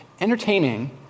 Entertaining